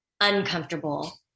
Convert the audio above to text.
uncomfortable